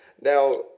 Now